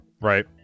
Right